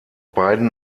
beiden